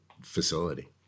facility